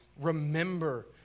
remember